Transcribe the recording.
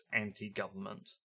anti-government